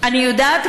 אני יודעת,